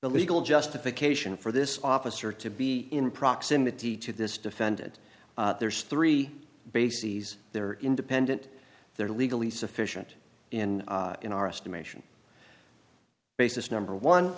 the legal justification for this officer to be in proximity to this defendant there's three bases they're independent they're legally sufficient in in our estimation basis number one